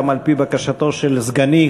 גם על-פי בקשתו של סגני,